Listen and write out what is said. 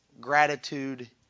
gratitude